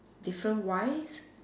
different wives